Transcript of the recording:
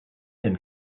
and